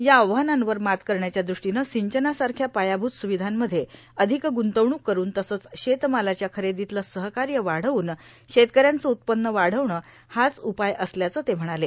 या आव्हानांवर मात करण्याच्या दृष्टीनं र्सिंचनासारख्या पायाभूत सुर्ववधांमध्ये अधिक ग्रंतवणूक करून तसंच शेतमालाच्या खरेदोतलं सहकाय वाढवून शेतकऱ्यांचं उत्पन्न वाढवणं हाच उपाय असल्याचं ते म्हणाले